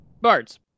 bards